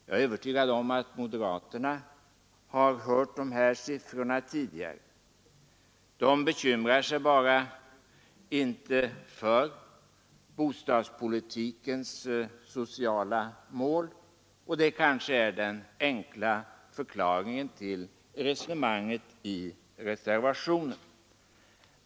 Jag är övertygad om att moderaterna har sett dessa siffror tidigare! Men de bekymrar sig inte för bostadspolitikens sociala mål, och det kanske är den enkla förklaringen till resonemanget i reservationen.